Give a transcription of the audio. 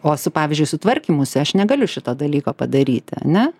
o su pavyzdžiui su tvarkymusi aš negaliu šito dalyko padaryti ane